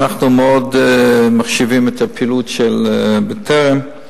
אנחנו מאוד מחשיבים את הפעילות של ארגון "בטרם".